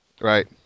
Right